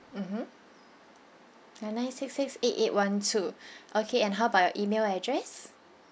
mmhmm nine nine six six eight eight one two okay and how about your email address